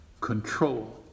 control